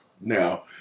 Now